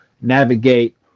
navigate